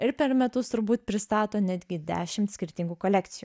ir per metus turbūt pristato netgi dešimt skirtingų kolekcijų